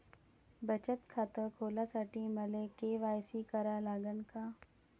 बचत खात खोलासाठी मले के.वाय.सी करा लागन का?